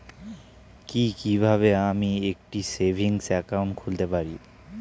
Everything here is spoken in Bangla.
কি কিভাবে আমি একটি সেভিংস একাউন্ট খুলতে পারি?